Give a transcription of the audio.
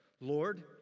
Lord